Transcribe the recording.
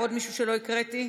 עוד מישהו שלא הקראתי?